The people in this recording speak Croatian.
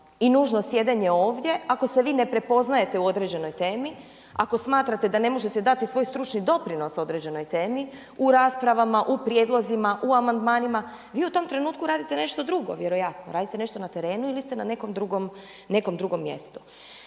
i nužno sjedenje ovdje ako se vi ne prepoznajete u određenoj temi, ako smatrate da ne možete dati svoj stručni doprinos određenoj temi u raspravama, u prijedlozima, u amandmanima. Vi u tom trenutku radite nešto drugo vjerojatno, radite nešto na terenu ili ste na nekom drugom mjestu.